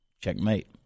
Checkmate